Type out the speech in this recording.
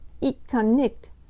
ich kann nicht!